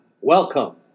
Welcome